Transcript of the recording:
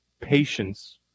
patience